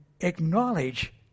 acknowledge